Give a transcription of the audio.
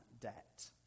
debt